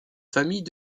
famille